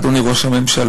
אדוני ראש הממשלה,